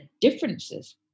differences